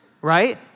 right